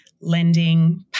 lending